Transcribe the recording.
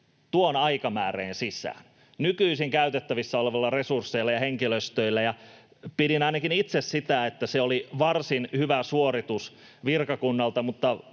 tuon aikamääreen sisään nykyisin käytettävissä olevilla resursseilla ja henkilöstöillä. Pidin ainakin itse sitä varsin hyvänä suorituksena virkakunnalta,